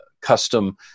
custom